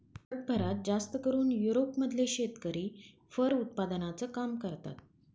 जगभरात जास्तकरून युरोप मधले शेतकरी फर उत्पादनाचं काम करतात